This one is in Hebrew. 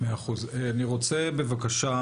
אני רוצה בבקשה,